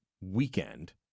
weekend